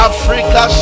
Africa